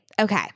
Okay